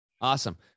awesome